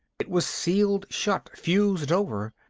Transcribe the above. it was sealed shut, fused over.